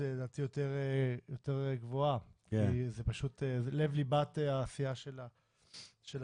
יותר גבוהה כי זה לב-ליבה של העשייה של המשרד.